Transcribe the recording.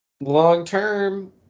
long-term